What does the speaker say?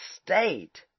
state